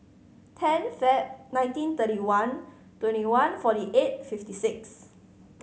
ten Feb nineteen thirty one twenty one forty eight fifty six